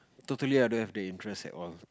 totally I don't have the interest at all